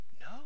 No